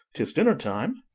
tis dinner time.